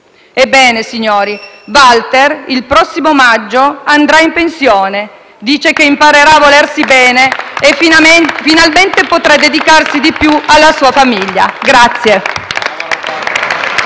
Ebbene, signori, Walter il prossimo mese di maggio andrà in pensione: dice che imparerà a volersi bene e finalmente potrà dedicarsi di più alla sua famiglia. Grazie.